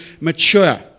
mature